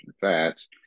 fats